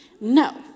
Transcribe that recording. No